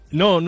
no